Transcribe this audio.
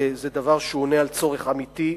זה דבר שעונה על צורך אמיתי,